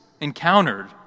encountered